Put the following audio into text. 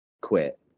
quit